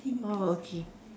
oh okay